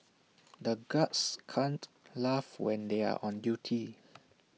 the guards can't laugh when they are on duty